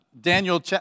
Daniel